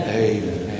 amen